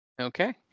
Okay